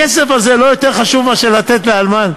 הכסף הזה לא יותר חשוב כאן מאשר לתת לאלמן?